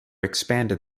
expanded